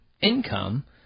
income